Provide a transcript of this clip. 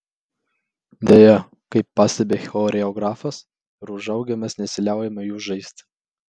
deja kaip pastebi choreografas ir užaugę mes nesiliaujame jų žaisti